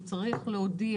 הוא צריך להודיע,